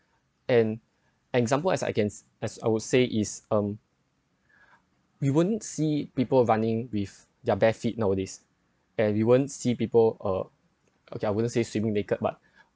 an example as I can s~ as I would say is um we wouldn't see people running with their bare feet nowadays and we wouldn't see people uh okay I wouldn't say swimming naked but